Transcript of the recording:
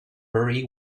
hurry